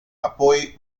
apoi